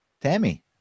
Tammy